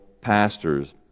pastors